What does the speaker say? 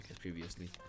previously